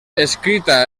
escrita